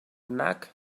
fnac